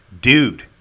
Dude